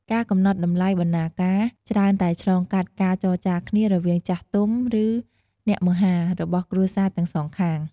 ការកំណត់តម្លៃបណ្ណាការច្រើនតែឆ្លងកាត់ការចរចាគ្នារវាងចាស់ទុំ ឬ អ្នកមហា របស់គ្រួសារទាំងសងខាង។